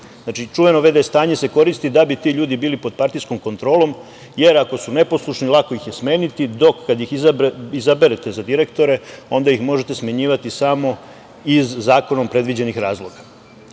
Znači, čuveno v.d. stanje se koristi da bi ti ljudi bili pod partijskom kontrolom, jer ako su neposlušni lako ih je smeniti, dok kada ih izaberete za direktore onda ih možete smenjivati samo iz zakonom predviđenih razloga.S